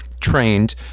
trained